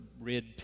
red